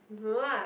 no lah